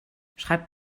schreibt